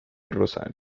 rosario